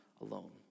alone